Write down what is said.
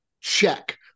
check